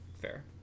Fair